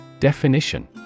Definition